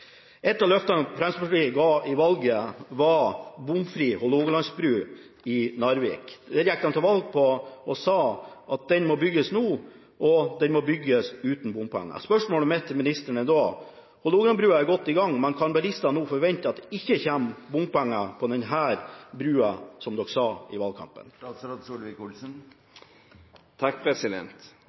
Et av løftene Fremskrittspartiet ga i valget, var bomfri Hålogalandsbru i Narvik. Det gikk de til valg på – de sa at den må bygges nå, og den må bygges uten bompenger. Spørsmålet mitt til ministeren er da: Hålogalandsbrua er godt i gang, men kan bilister nå forvente at det ikke kommer bompenger på denne brua, slik partiet sa i valgkampen?